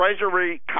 Treasury